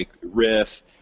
riff